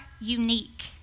unique